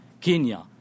Kenya